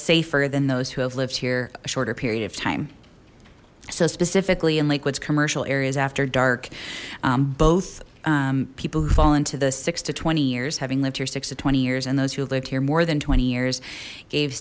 safer than those who have lived here a shorter period of time so specifically in liquids commercial areas after dark both people who fall into the six to twenty years having lived here six to twenty years and those who lived here more than twenty years gave